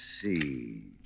see